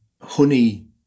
honey